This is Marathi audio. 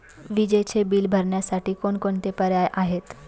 विजेचे बिल भरण्यासाठी कोणकोणते पर्याय आहेत?